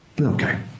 Okay